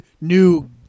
new